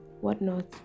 whatnot